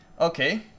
Okay